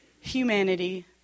humanity